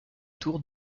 tour